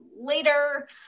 later